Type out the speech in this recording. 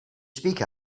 speak